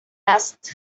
asked